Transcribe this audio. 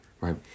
right